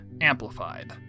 amplified